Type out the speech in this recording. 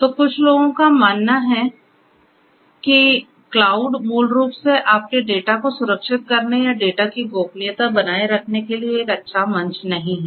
तो कुछ लोगों का मानना है कि क्लाउड मूल रूप से आपके डेटा को सुरक्षित करने या डेटा की गोपनीयता बनाए रखने के लिए एक अच्छा मंच नहीं है